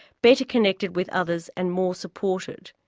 better connected with others and more supported.